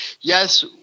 yes